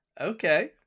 Okay